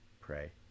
pray